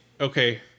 okay